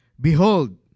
Behold